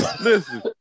Listen